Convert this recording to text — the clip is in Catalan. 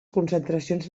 concentracions